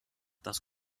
das